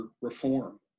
reform